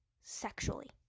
sexually